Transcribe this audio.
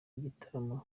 igitaramo